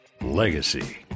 Legacy